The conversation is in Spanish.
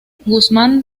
guzmán